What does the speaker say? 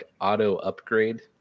auto-upgrade